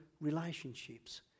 relationships